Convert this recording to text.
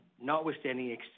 notwithstanding